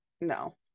no